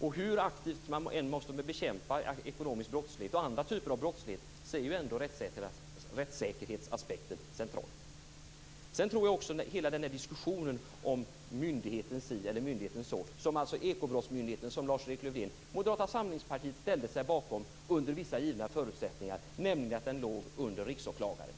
Och hur aktivt man än måste bekämpa ekonomisk brottslighet och andra typer av brottslighet är ändå rättssäkerhetsaspekten central. Trots hela diskussionen om myndigheten si eller så, om Ekobrottsmyndigheten, ställde sig Moderata samlingspartiet bakom den under vissa givna förutsättningar, nämligen att den låg under Riksåklagaren.